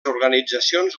organitzacions